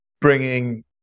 bringing